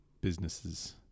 businesses